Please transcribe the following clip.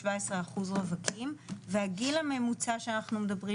17 אחוז רווקים והגיל הממוצע שאנחנו מדברים